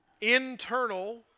internal